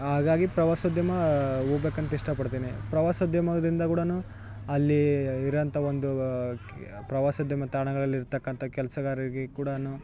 ಹಾಗಾಗೀ ಪ್ರವಾಸೋದ್ಯಮಾ ಹೋಗ್ಬೇಕಂತ್ ಇಷ್ಟ ಪಡ್ತೀನಿ ಪ್ರವಾಸೋದ್ಯಮದಿಂದ ಕೂಡ ಅಲ್ಲೀ ಇರೋ ಅಂಥ ಒಂದು ಪ್ರವಾಸೋದ್ಯಮ ತಾಣಗಳಲ್ಲಿರ್ತಕ್ಕಂಥ ಕೆಲಸಗಾರರಿಗೆ ಕೂಡಾ